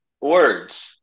Words